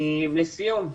לסיום,